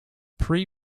pre